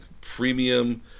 premium